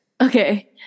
Okay